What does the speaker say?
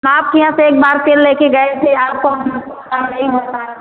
आपके यहाँ से एक बार तेल लेके गए थे आपको हम विश्वास नहीं हो पाया